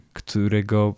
którego